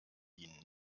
ihnen